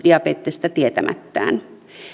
diabetesta tietämättään